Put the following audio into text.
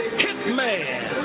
hitman